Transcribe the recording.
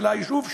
של היישוב שם,